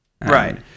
Right